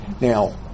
Now